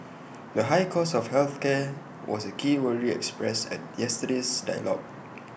the high cost of health care was A key worry expressed at yesterday's dialogue